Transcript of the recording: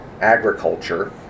agriculture